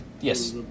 Yes